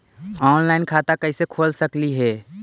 Online खाता कैसे खोल सकली हे कैसे?